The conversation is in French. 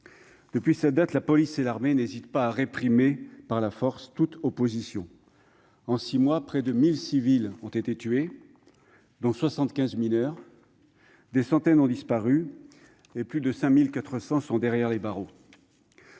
Depuis cette date, la police et l'armée n'hésitent pas à réprimer par la force toute opposition. En six mois, près de 1 000 civils dont 75 mineurs ont été abattus, des centaines d'entre eux ont disparu et plus de 5 400 personnes sont derrière les barreaux.